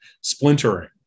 splintering